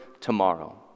tomorrow